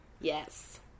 Yes